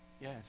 yes